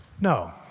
No